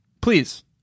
Please